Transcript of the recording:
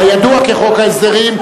הידוע כחוק ההסדרים,